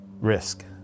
risk